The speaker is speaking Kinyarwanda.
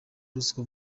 ruswa